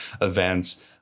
events